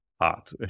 hot